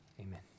amen